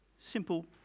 Simple